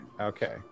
Okay